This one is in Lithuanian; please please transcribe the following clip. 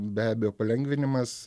be abejo palengvinimas